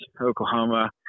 Oklahoma